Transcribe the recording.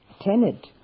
tenet